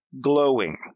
glowing